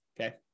Okay